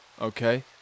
okay